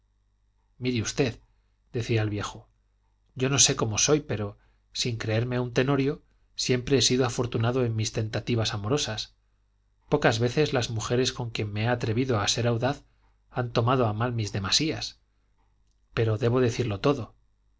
intachable mire usted decía el viejo yo no sé cómo soy pero sin creerme un tenorio siempre he sido afortunado en mis tentativas amorosas pocas veces las mujeres con quien me he atrevido a ser audaz han tomado a mal mis demasías pero debo decirlo todo